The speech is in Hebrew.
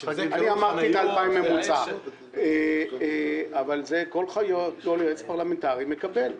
אני אמרתי בממוצע 2,000. את זה כל יועץ פרלמנטרי מקבל.